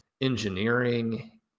engineering